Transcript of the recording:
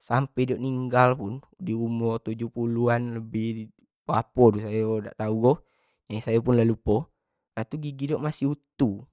sampe dio meninggal tu sampe umur tujuh puluhan tu apo gigo nyi masih utuh.